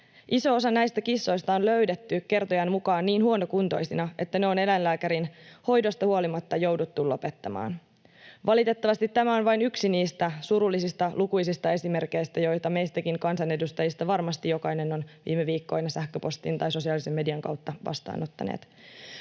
Iso osa näistä kissoista on löydetty kertojan mukaan niin huonokuntoisina, että ne on eläinlääkärin hoidosta huolimatta jouduttu lopettamaan. Valitettavasti tämä on vain yksi niistä lukuisista surullisista esimerkeistä, joita meistä kansanedustajistakin varmasti jokainen on viime viikkoina sähköpostin tai sosiaalisen median kautta vastaanottanut.